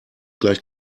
gleich